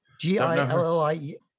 G-I-L-L-I-E